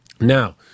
Now